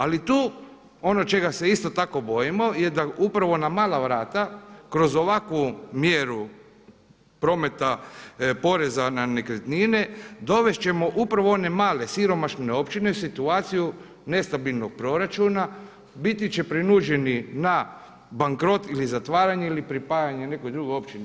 Ali tu ono čega se isto tako bojimo je da upravo na mala vrata kroz ovakvu mjeru prometa poreza na nekretnine dovesti ćemo upravo one male, siromašne općine u situaciju nestabilnog proračuna, biti će prinuđeni na bankrot ili zatvaranje ili pripajanje nekoj drugoj općini.